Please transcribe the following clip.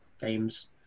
games